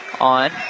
on